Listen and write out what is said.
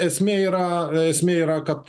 esmė yra esmė yra kad